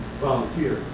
volunteer